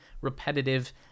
repetitive